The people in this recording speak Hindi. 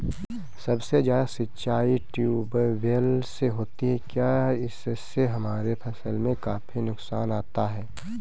सबसे ज्यादा सिंचाई ट्यूबवेल से होती है क्या इससे हमारे फसल में काफी नुकसान आता है?